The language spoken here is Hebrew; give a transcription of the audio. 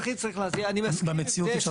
במציאות,